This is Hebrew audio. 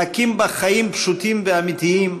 להקים בה חיים פשוטים ואמיתיים,